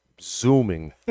zooming